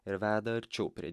ir veda arčiau prie